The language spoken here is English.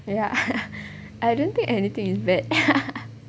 ya I don't think anything is bad